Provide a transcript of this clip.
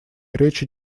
речь